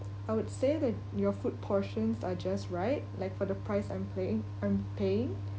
I would say that your food portions are just right like for the price I'm playing I'm paying